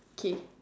okay